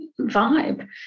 vibe